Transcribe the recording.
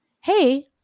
hey